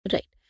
Right